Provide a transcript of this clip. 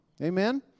Amen